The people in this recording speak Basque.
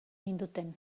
ninduten